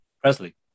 Presley